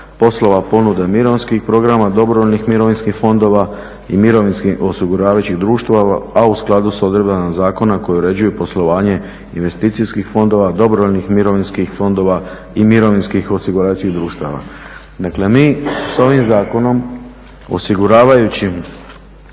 poslova ponude mirovinskih programa, dobrovoljnih mirovinskih fondova i mirovinskih osiguravajućih društava a u skladu sa odredbama zakona koje uređuju poslovanje investicijskih fondova, dobrovoljnih mirovinskih fondova i mirovinskih osiguravajućih društava. Dakle mi sa ovim zakonom, osiguravajućim